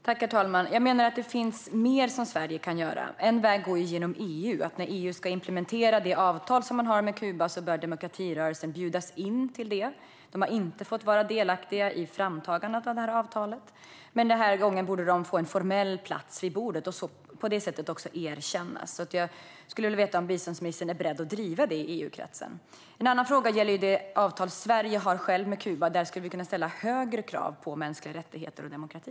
Herr talman! Jag menar att det finns mer som Sverige kan göra. En väg går genom EU. När EU ska implementera det avtal man har med Kuba bör demokratirörelsen bjudas in. De har inte fått vara delaktiga i framtagandet av avtalet, men den här gången borde de få en formell plats vid bordet och på det sättet också erkännas. Jag skulle vilja veta om biståndsministern är beredd att driva frågan i EU-kretsen. En annan fråga gäller det avtal Sverige har med Kuba. Där skulle vi kunna ställa högre krav på mänskliga rättigheter och demokrati.